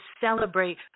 celebrate